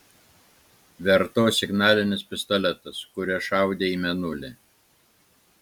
verto signalinis pistoletas kuriuo šaudė į mėnulį